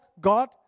God